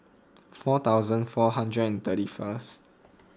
four thousand four hundred and thirty first